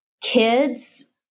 kids